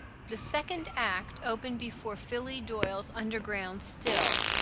the second act opened before philly doyle's underground still,